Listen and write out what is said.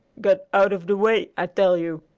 get out of the way, i tell you!